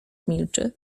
milczy